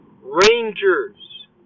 Rangers